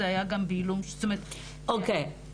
או.קיי.